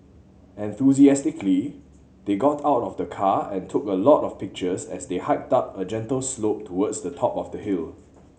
enthusiastically they got out of the car and took a lot of pictures as they hiked up a gentle slope towards the top of the hill